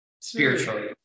spiritually